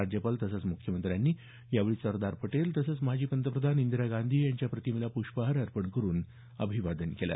राज्यपाल तसंच मुख्यमंत्र्यांनी सरदार पटेल तसंच माजी पंतप्रधान इंदिरा गांधी यांच्या प्रतिमेला प्ष्पहार अर्पण करून अभिवादन केलं